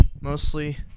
mostly